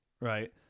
right